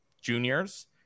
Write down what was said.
juniors